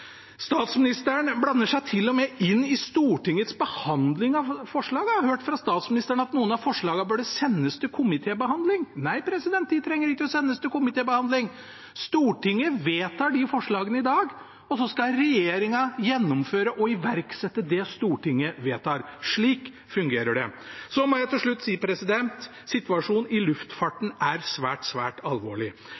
Statsministeren blander seg til og med inn i Stortingets behandling av forslagene. Jeg har hørt fra statsministeren at noen av forslagene burde sendes til komitébehandling. Nei, de trenger ikke å sendes til komitébehandling, Stortinget vedtar forslagene i dag, og så skal regjeringen gjennomføre og iverksette det Stortinget vedtar. Slik fungerer det. Så må jeg til slutt si at situasjonen i luftfarten